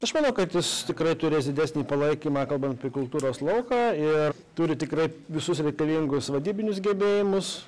aš manau kad jis tikrai turės didesnį palaikymą kalbant apie kultūros lauką ir turi tikrai visus reikalingus vadybinius gebėjimus